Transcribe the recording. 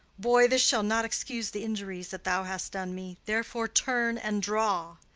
boy, this shall not excuse the injuries that thou hast done me therefore turn and draw.